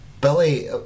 Billy